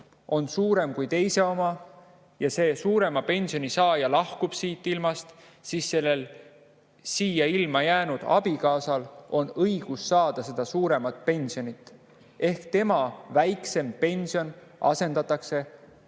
on suurem kui teise oma ja see suurema pensioni saaja lahkub siit ilmast, siis on siia ilma jäänud abikaasal õigus saada suuremat pensioni. Ehk tema väiksem pension asendatakse